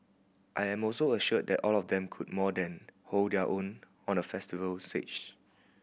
I am also assured that all of them could more than hold their own on a festival stage